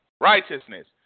righteousness